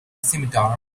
scimitar